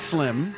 Slim